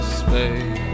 space